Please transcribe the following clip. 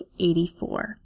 84